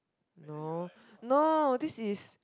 no no this is